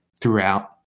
throughout